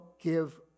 give